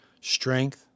strength